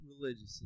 religiously